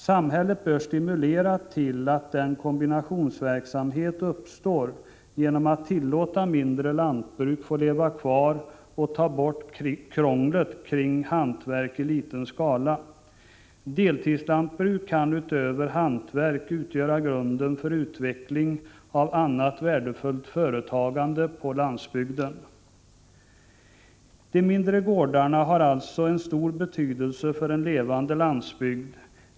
Samhället bör stimulera till att denna kombinationsverksamhet återuppstår genom att låta mindre lantbruk få leva kvar och ta bort krånglet kring hantverk i liten skala. Deltidslantbruk kan utöver hantverk utgöra grunden för utveckling av annat värdefullt företagande på landsbygden. De mindre gårdarna har alltså en stor betydelse för en levande landsbygd.